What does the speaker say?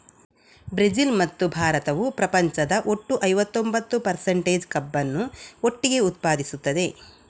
Brazil ಮತ್ತು ಭಾರತವು ಪ್ರಪಂಚದ ಒಟ್ಟು ಐವತ್ತೊಂಬತ್ತು ಪರ್ಸಂಟೇಜ್ ಕಬ್ಬನ್ನು ಒಟ್ಟಿಗೆ ಉತ್ಪಾದಿಸುತ್ತದೆ